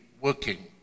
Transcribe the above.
working